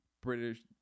British